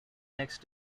next